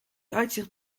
uitzicht